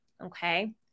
Okay